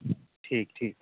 ਠੀਕ ਠੀਕ